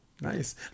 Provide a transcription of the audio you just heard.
Nice